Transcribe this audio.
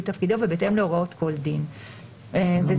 ברגע שאנחנו מפנים להסכמה בסעיף (ב) אנחנו מפנים להסכמה הראשונה.